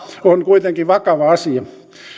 tämä on kuitenkin vakava asia